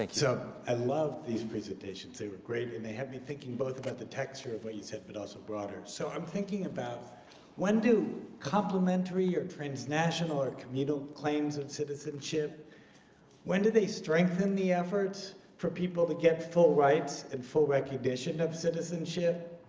like so i loved these presentations. they were great. and they had me thinking both about the texture of what you said, but also broader so i'm thinking about complementary or transnational or communal claims of citizenship when do they strengthen the efforts for people to get full rights and full recognition of citizenship,